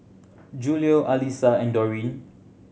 Julio Alissa and Dorene